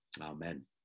Amen